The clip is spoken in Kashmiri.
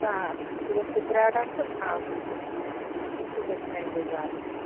راتھ صُبحس تہِ پیاران تہٕ آو کھُے نہٕ ونۍ گوٚو صُبحَس نیہِ بجہِ وارٕکار